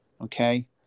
Okay